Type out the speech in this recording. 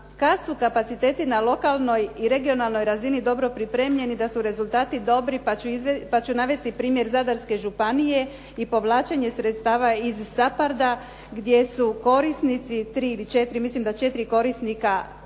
kad su kapaciteti na lokalnoj i regionalnoj razini dobro pripremljeni da su rezultati dobri pa ću navesti primjer Zadarske županije i povlačenje sredstava iz SAPARD-a gdje su korisnici, tri ili četiri, mislim da četiri korisnika